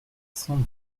cent